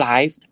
Life